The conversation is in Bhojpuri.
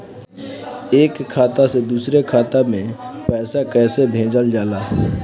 एक खाता से दुसरे खाता मे पैसा कैसे भेजल जाला?